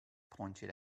pointed